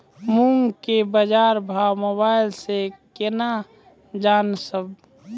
मूंग के बाजार भाव मोबाइल से के ना जान ब?